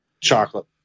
chocolate